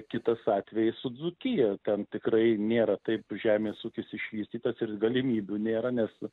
kitas atvejis su dzūkija ten tikrai nėra taip žemės ūkis išvystytas ir galimybių nėra nes